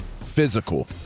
physical